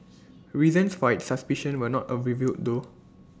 reasons for its suspicion were not revealed though